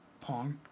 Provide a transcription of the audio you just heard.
Pong